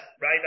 right